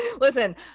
Listen